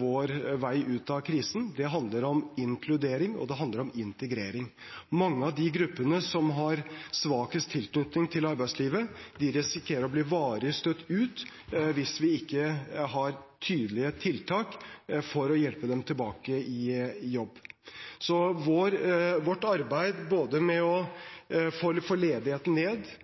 vår vei ut av krisen om inkludering, og det handler om integrering. Mange av de gruppene som har svakest tilknytning til arbeidslivet, risikerer å bli varig støtt ut hvis vi ikke har tydelige tiltak for å hjelpe dem tilbake i jobb. Så vårt arbeid både med å få ledigheten ned